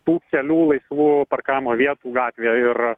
tų kelių laisvų parkavimo vietų gatvėje ir